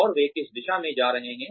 और वे किस दिशा में जा रहे हैं